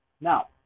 Now